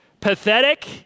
pathetic